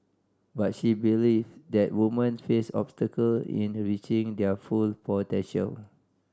but she believe that women face obstacle in reaching their full potential